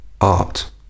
art